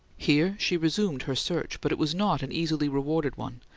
here she resumed her search, but it was not an easily rewarded one,